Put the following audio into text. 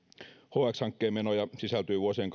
hx hankkeen menoja sisältyy vuosien